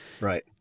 Right